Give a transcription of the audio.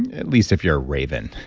at least if you're a raven.